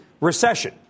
recession